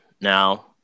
now